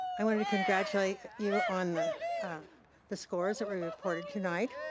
i want to congratulate you on the the scores that were reported tonight.